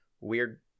weird